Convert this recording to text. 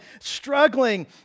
struggling